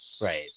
Right